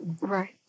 right